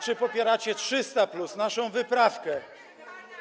Czy popieracie 300+, naszą wyprawkę?